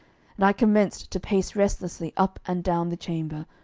and i commenced to pace restlessly up and down the chamber,